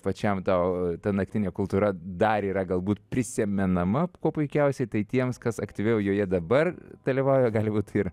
pačiam tau ta naktinė kultūra dar yra galbūt prisimenama kuo puikiausiai tai tiems kas aktyviau joje dabar dalyvauja gali būt ir